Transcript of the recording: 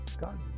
God